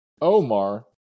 Omar